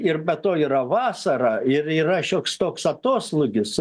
ir be to yra vasara ir yra šioks toks atoslūgis